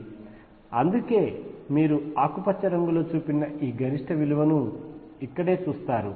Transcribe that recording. అందుకే మీరు ఆకుపచ్చ రంగులో చూపిన ఈ గరిష్ట విలువను ఇక్కడే చూస్తారు